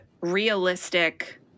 realistic